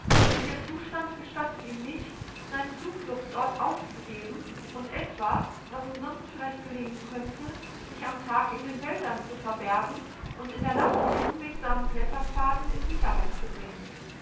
und ihr zustand gestattet ihm nicht seinen zufluchtsort aufzugeben und etwa was ihm sonst vielleicht gelingen könnte sich am tag in den wäldern zu verbergen und in der nacht auf unwegsamen kletterpfaden in sicherheit zu bringen